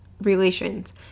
relations